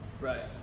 Right